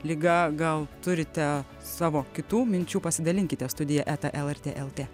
liga gal turite savo kitų minčių pasidalinkite studija eta lrt lt